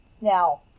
Now